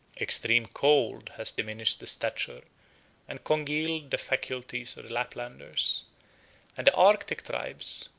extreme cold has diminished the stature and congealed the faculties of the laplanders and the arctic tribes,